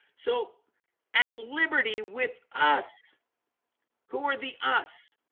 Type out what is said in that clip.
so at liberty with us who are the us?